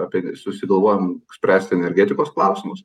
apie susigalvojom spręsti energetikos klausimus